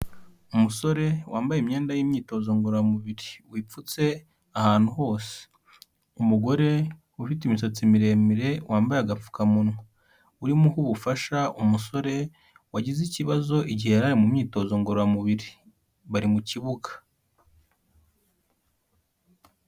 Umusore wambaye imyenda y'imyitozo ngororamubiri, wipfutse ahantu hose. Umugore ufite imisatsi miremire, wambaye agapfukamunwa. Urimo uha ubufasha umusore wagize ikibazo igihe yaraye mu myitozo ngororamubiri. Bari mu kibuga.